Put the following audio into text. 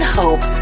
hope